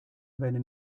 venne